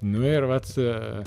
nu ir vat